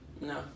No